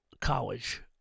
college